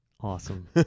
Awesome